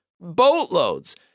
boatloads